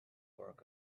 work